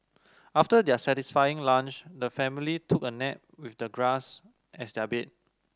after their satisfying lunch the family took a nap with the grass as their bed